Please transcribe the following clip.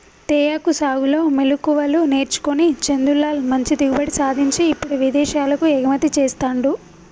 తేయాకు సాగులో మెళుకువలు నేర్చుకొని చందులాల్ మంచి దిగుబడి సాధించి ఇప్పుడు విదేశాలకు ఎగుమతి చెస్తాండు